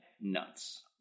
Nuts